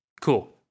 Cool